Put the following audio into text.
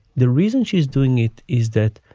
the reason she is doing it is that.